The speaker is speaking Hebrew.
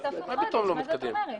מה פתאום לא מתקדם?